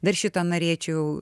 dar šitą norėčiau